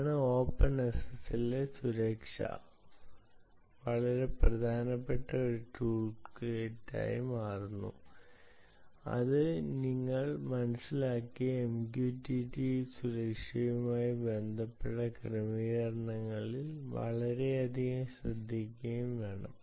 അതിനാൽ ഓപ്പൺഎസ്എസ്എല്ലിലെ സുരക്ഷ വളരെ പ്രധാനപ്പെട്ട ഒരു ടൂൾകിറ്റായി മാറുന്നു അത് നിങ്ങൾ മനസിലാക്കുകയും MQTT യുടെ സുരക്ഷയുമായി ബന്ധപ്പെട്ട ക്രമീകരണങ്ങളിൽ വളരെയധികം ശ്രദ്ധിക്കുകയും വേണം